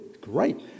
Great